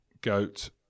goat